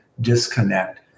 disconnect